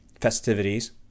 festivities